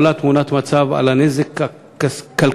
עולה תמונת מצב על הנזק הכלכלי,